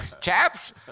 chaps